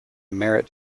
merit